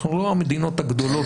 אנחנו לא מהמדינות הגדולות,